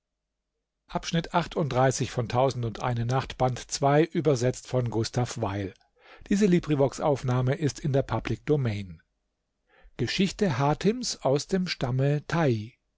hatims aus dem stamme